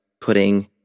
putting